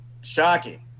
shocking